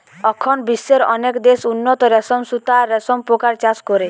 অখন বিশ্বের অনেক দেশ উন্নত রেশম সুতা আর রেশম পোকার চাষ করে